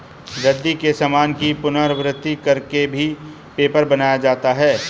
रद्दी के सामान की पुनरावृति कर के भी पेपर बनाया जाता है